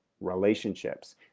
Relationships